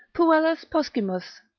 puellas poscimus,